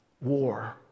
war